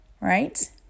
right